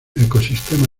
ecosistema